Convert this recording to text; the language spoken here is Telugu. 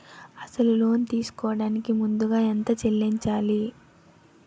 అసలు లోన్ తీసుకోడానికి ముందుగా ఎంత చెల్లించాలి?